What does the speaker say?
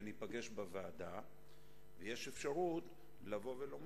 נתקלתי בו כל חיי בשירותי בצבא ובתפקידי מעבר